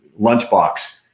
lunchbox